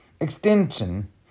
extension